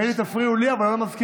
מילא תפריעו לי, אבל לא למזכירה.